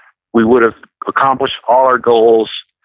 we would have accomplished all our goals.